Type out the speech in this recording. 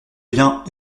viens